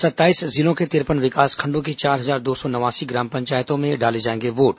सत्ताईस जिलों के तिरपन विकासखंडों की चार हजार दो सौ नवासी ग्राम पंचायतों में डाले जाएंगे वोट